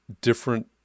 different